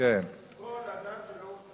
כל אדם שלא רוצים,